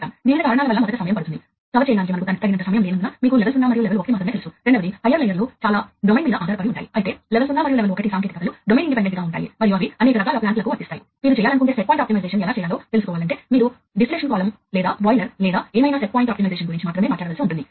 ఉదాహరణకు ఇక్కడ చూడండి ఇది ప్రధాన నెట్వర్క్ బస్సు ఆ నెట్వర్క్ బస్సు నుండి మీరు ఒక లైన్ ను కనెక్ట్ చేయవచ్చు ఇది రిమోట్ Io రిమోట్ Io అంటే ఇది ఒక ప్రత్యేక ఎలక్ట్రానిక్ పరికరం ఇది వాస్తవానికి పాయింట్ టు పాయింట్ పద్ధతిలో అనుసంధానించబడిన అనేక పరికరాల నుండి డేటాను అంగీకరిస్తుంది